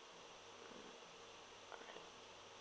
all right